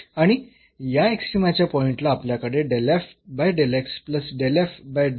आणि या एक्स्ट्रीमाच्या पॉइंटला आपल्याकडे हे असेल